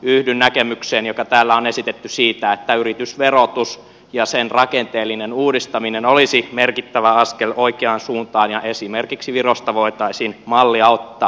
yhdyn näkemykseen joka täällä on esitetty siitä että yritysverotus ja sen rakenteellinen uudistaminen olisi merkittävä askel oikeaan suuntaan ja esimerkiksi virosta voitaisiin mallia ottaa